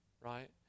right